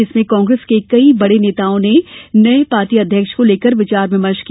जिसमें कांग्रेस के कई बड़े नेताओं ने नए पार्टी अध्यक्ष को लेकर विमर्श किया